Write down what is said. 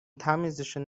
تمیزشون